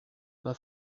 pas